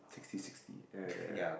sixty sixty ya ya ya ya